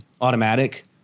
automatic